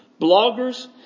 bloggers